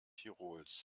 tirols